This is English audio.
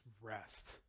rest